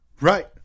Right